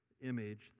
image